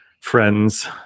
friends